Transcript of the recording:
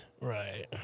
Right